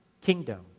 kingdom